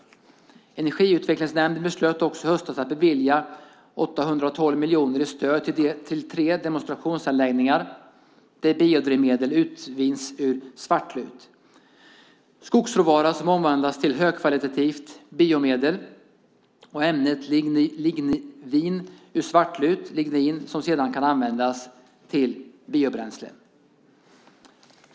Energiutvecklingsnämnden beslöt också i höstas att bevilja 812 miljoner i stöd till tre demonstrationsanläggningar där biodrivmedel utvinns ur svartlut, skogsråvara omvandlas till högkvalitativt biomedel och ämnet lignin utvinns ur svartlut. Lignin kan sedan användas till biobränsle.